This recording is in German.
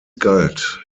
galt